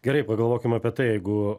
gerai pagalvokim apie tai jeigu